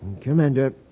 Commander